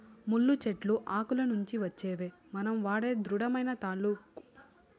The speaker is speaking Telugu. ముళ్ళ చెట్లు ఆకుల నుంచి వచ్చేవే మనం వాడే దృఢమైన తాళ్ళు ఎరికనా